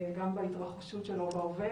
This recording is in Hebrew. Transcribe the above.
גם בהתרחשות שלו בהווה